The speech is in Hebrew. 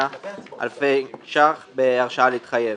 55,000 אלפי ש"ח בהרשאה להתחייב.